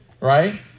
right